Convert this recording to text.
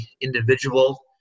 individual